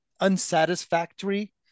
unsatisfactory